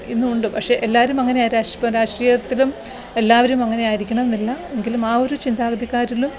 ഇന്നുണ്ട് പക്ഷെ എല്ലാവരും അങ്ങനെ രാഷ്ട്ര രാഷ്ട്രീയത്തിലും എല്ലാവരും അങ്ങനെ ആയിരിക്കണം എന്നില്ല എങ്കിലും ആ ഒരു ചിന്താഗതിക്കാരിലും